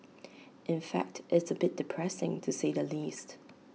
in fact it's A bit depressing to say the least